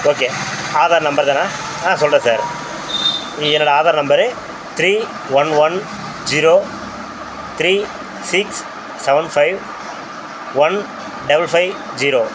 okay Aadhaar number தானா ஆ சொல்கிறேன் சார் இ என்னோடய Aadhaar number three one one zero three six seven five one double five zero